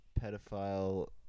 pedophile